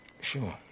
Sure